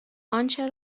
آنچه